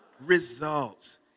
Results